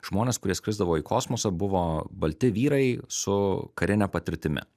žmonės kurie skrisdavo į kosmosą buvo balti vyrai su karine patirtimi